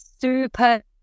super